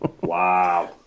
Wow